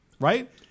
Right